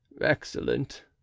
Excellent